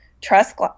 trust